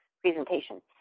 presentation